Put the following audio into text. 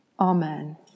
Amen